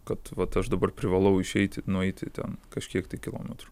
kad vat aš dabar privalau išeiti nueiti kažkiek tai kilometrų